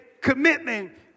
commitment